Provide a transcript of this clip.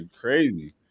crazy